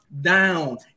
down